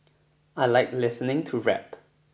I like listening to rap